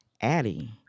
Addie